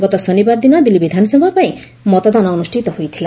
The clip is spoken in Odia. ଗତ ଶନିବାର ଦିନ ଦିଲ୍ଲୀ ବିଧାନସଭା ପାଇଁ ମତଦାନ ଅନୁଷ୍ଠିତ ହୋଇଥିଲା